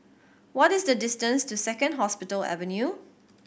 what is the distance to Second Hospital Avenue